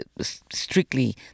strictly